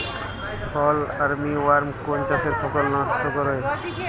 ফল armyworm কোন চাষের ফসল বেশি নষ্ট করে?